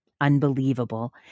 unbelievable